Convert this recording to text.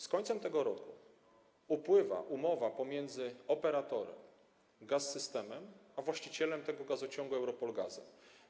Z końcem tego roku upływa umowa pomiędzy operatorem, Gaz-Systemem, a właścicielem tego gazociągu, EuRoPol Gazem.